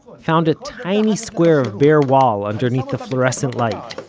found a tiny square of bare wall underneath the fluorescent light,